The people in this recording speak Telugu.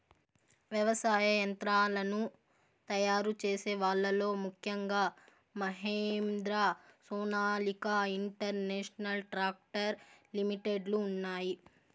వ్యవసాయ యంత్రాలను తయారు చేసే వాళ్ళ లో ముఖ్యంగా Mahindra, Sonalika international tractor limited లు ఉన్నాయి